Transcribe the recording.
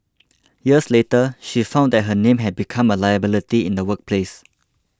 years later she found that her name had become a liability in the workplace